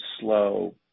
slow